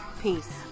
Peace